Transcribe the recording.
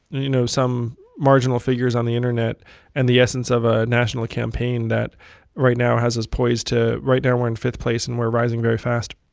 you know, some marginal figures on the internet and the essence of a national campaign that right now has us poised to right now, we're in fifth place, and we're rising very fast